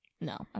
no